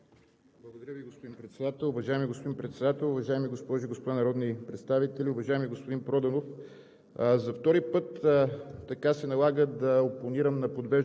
Уважаеми господин Председател, уважаеми госпожи и господа народни представители! Уважаеми господин Проданов,